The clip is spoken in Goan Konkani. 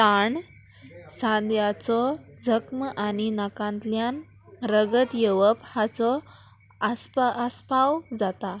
ताण सांद्याचो जख्म आनी नाकांतल्यान रगत येवप हाचो आस्पा आस्पाव जाता